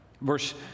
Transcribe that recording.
verse